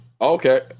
okay